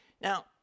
Now